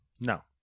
No